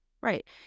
Right